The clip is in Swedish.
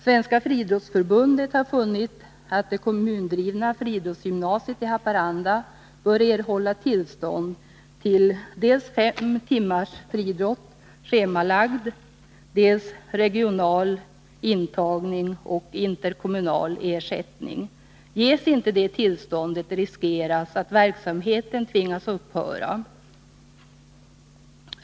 Svenska friidrottsförbundet har funnit att det kommundrivna friidrottsgymnasiet i Haparanda bör erhålla tillstånd till dels fem timmars schemalagd friidrott, dels regional intagning och interkommunal ersättning. Ges inte det tillståndet, finns det risk för att verksamheten kan tvingas att upphöra.